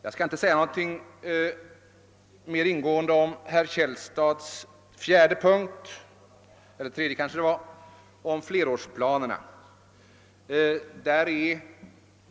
Jag skall inte säga någonting mera ingående om herr Källstads fjärde punkt, som rörde flerårsplanerna.